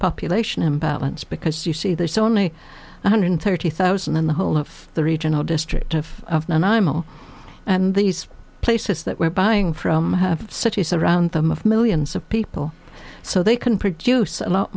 population imbalance because you see there's only one hundred thirty thousand in the whole of the region or district of and imo and these places that we're buying from have cities around them of millions of people so they can produce a lot